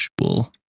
actual